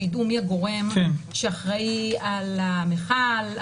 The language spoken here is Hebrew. שידעו מי הגורם שאחראי על המכל,